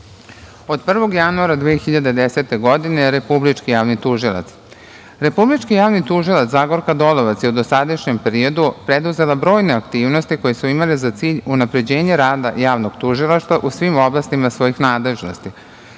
1. januara 2010. godine Republički javni tužilac Zagorka Dolovac je u dosadašnjem periodu preduzela brojne aktivnosti koje su imale za cilj unapređenje rada Javnog tužilaštva u svim oblastima svojih nadležnosti.